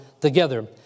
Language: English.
together